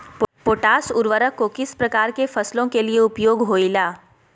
Potash उर्वरक को किस प्रकार के फसलों के लिए उपयोग होईला?